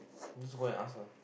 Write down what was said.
just go and ask her